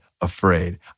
afraid